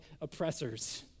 oppressors